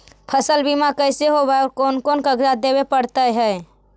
फसल बिमा कैसे होब है और कोन कोन कागज देबे पड़तै है?